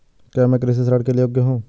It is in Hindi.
क्या मैं कृषि ऋण के योग्य हूँ?